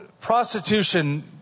prostitution